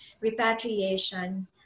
repatriation